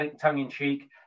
tongue-in-cheek